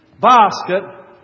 basket